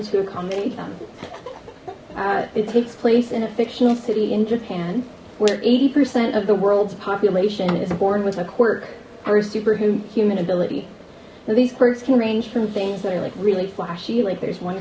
to accommodate them it takes place in a fictional city in japan where eighty percent of the world's population is born with a quirk or a superhuman ability now these perks can range from things that are like really flashy like there's one